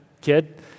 kid